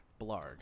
Blarg